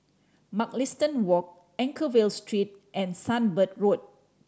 Mugliston Walk Anchorvale Street and Sunbird Road